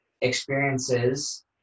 experiences